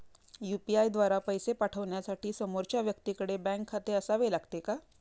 UPI द्वारा पैसे पाठवण्यासाठी समोरच्या व्यक्तीकडे बँक खाते असावे लागते का?